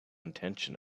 intention